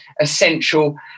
essential